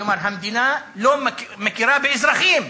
כלומר המדינה לא מכירה באזרחים,